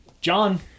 John